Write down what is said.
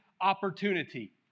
opportunity